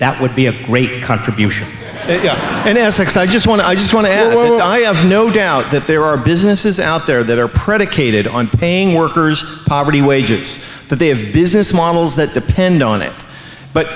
that would be a great contribution in essex i just want to i just want to have no doubt that there are businesses out there that are predicated on paying workers poverty wages that they have business models that depend on it but